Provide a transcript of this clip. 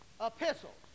epistles